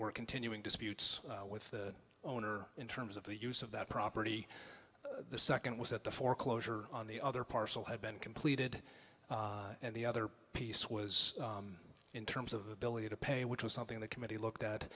were continuing disputes with the owner in terms of the use of that property the second was that the foreclosure on the other parcel had been completed and the other piece was in terms of ability to pay which was something the committee looked at